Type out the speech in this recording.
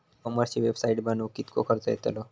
E कॉमर्सची website बनवक किततो खर्च येतलो?